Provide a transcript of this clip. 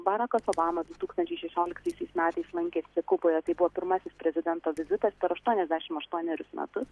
barakas obama du tūkstančiai šešioliktaisiais metais lankėsi kuboje tai buvo pirmasis prezidento vizitas per aštuoniasdešim aštuonerius metus